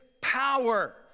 power